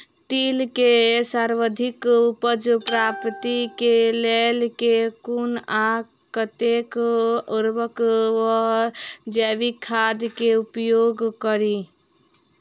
तिल केँ सर्वाधिक उपज प्राप्ति केँ लेल केँ कुन आ कतेक उर्वरक वा जैविक खाद केँ उपयोग करि?